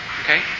okay